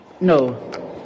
No